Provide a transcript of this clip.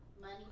Money